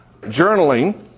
Journaling